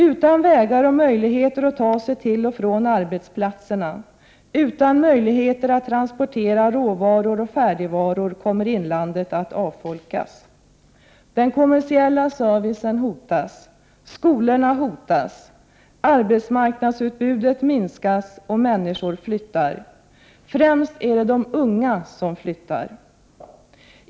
Utan vägar och möjlighet att ta sig till och från arbetsplatserna, och utan möjlighet att transportera råvaror och färdigvaror kommer inlandet att avfolkas. Den kommersiella servicen hotas, skolorna hotas, arbetsmarknadsutbudet minskas och människor flyttar. Det är främst de unga som flyttar.